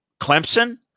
Clemson